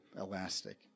elastic